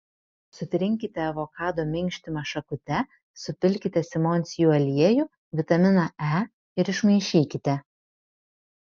sutrinkite avokado minkštimą šakute supilkite simondsijų aliejų vitaminą e ir išmaišykite